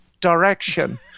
direction